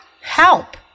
help